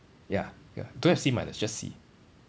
ya ya don't have C minus just C